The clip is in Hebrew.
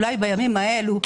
אולי בימים האלו,